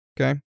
okay